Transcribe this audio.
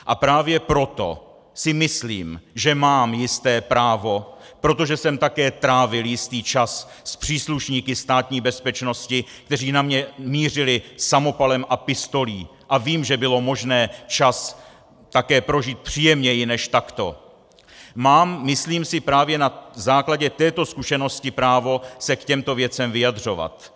A právě proto si myslím, že mám jisté právo protože jsem také trávil jistý čas s příslušníky Státní bezpečnosti, kteří na mě mířili samopalem a pistolí, a vím, že bylo možné čas také prožít příjemněji než takto , mám, myslím si, právě na základě této zkušenosti právo se k těmto věcem vyjadřovat.